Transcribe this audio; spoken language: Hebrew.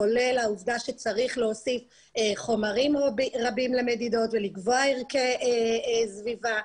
כולל העובדה שצריך להוציא חומרים רבים למדידות ולקבוע ערכי סביבה,